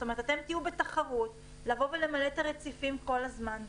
כי אתם תהיו בתחרות על למלא את הרציפים כל הזמן.